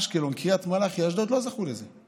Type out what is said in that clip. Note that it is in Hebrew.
אשקלון, קריית מלאכי, אשדוד, לא זכו לזה.